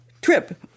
Trip